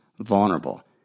Vulnerable